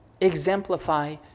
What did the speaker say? exemplify